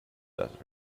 desert